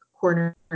corner